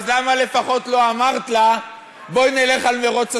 אז למה לפחות לא אמרת לה: בואי נלך על מרוץ הסמכויות?